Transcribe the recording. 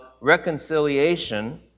reconciliation